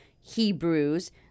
Hebrews